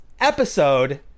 episode